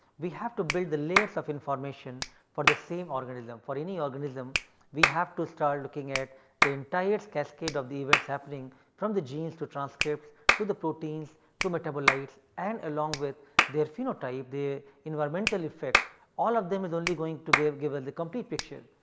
we have to build the layers of information for the same organism. for any organism we have to start looking at the entire cascade of the events happening from the genes to transcripts to the proteins to metabolites and along with their phenotype, their environmental effect all of them is only going to give give the complete picture.